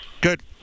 Good